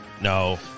No